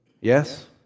Yes